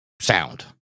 Sound